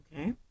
Okay